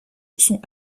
sont